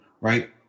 right